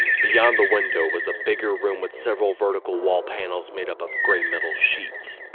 beyond the window was a bigger room with several vertical wall panels made up of grey metal sheets.